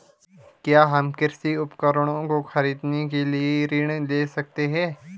क्या हम कृषि उपकरणों को खरीदने के लिए ऋण ले सकते हैं?